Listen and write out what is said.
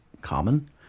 common